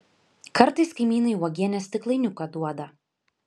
kartais kaimynai uogienės stiklainiuką duoda